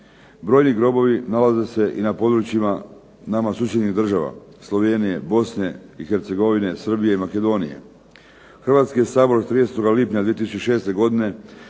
Brojni grobovi nalaze se na područjima nama susjednih država, Slovenije, bosne i Hercegovine, Srbije i Makedonije. Hrvatski je sabor 30. lipnja 2006. godine